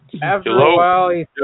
Hello